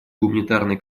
гуманитарной